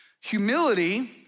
Humility